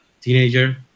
teenager